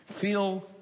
feel